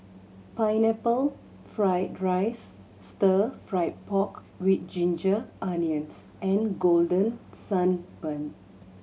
Pineapple Fried rice Stir Fry pork with ginger onions and Golden Sand Bun